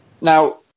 now